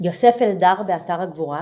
יוסף אלדר, באתר הגבורה